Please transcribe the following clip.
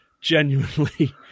genuinely